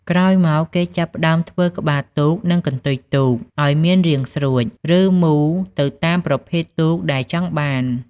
ក្រោយមក គេចាប់ផ្តើមធ្វើ ក្បាលទូក និង កន្ទុយទូក ឲ្យមានរាងស្រួច ឬមូលទៅតាមប្រភេទទូកដែលចង់បាន។